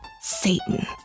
Satan